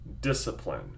discipline